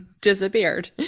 disappeared